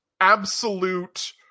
absolute